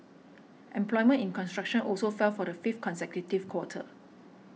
employment in construction also fell for the fifth consecutive quarter